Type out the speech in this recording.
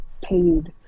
paid